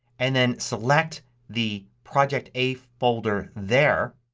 and then select the project a folder there.